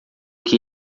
que